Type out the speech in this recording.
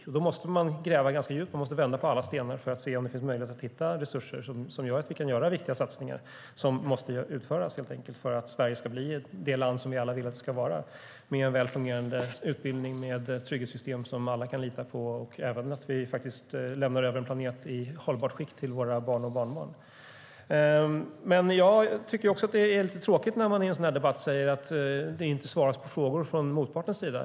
Då måste man gräva ganska djupt. Man måste vända på alla stenar för att se om det finns möjlighet att hitta resurser som gör att vi kan göra viktiga satsningar som helt enkelt måste utföras för att Sverige ska bli det land som vi alla vill att det ska vara, med väl fungerande utbildning och trygghetssystem som alla kan lita på och som även gör att vi lämnar över en planet i hållbart skick till våra barn och barnbarn. Jag tycker att det är lite tråkigt när man i en sådan här debatt säger att motparten inte svarar på frågor.